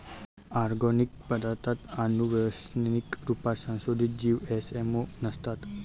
organic पदार्ताथ आनुवान्सिक रुपात संसोधीत जीव जी.एम.ओ नसतात